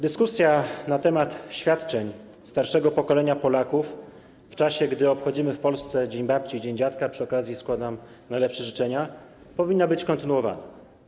Dyskusja na temat świadczeń dla starszego pokolenia Polaków w czasie, gdy obchodzimy w Polsce Dzień Babci i Dzień Dziadka - przy okazji składam jak najlepsze życzenia - powinna być kontynuowana.